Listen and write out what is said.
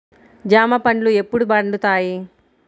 జామ పండ్లు ఎప్పుడు పండుతాయి?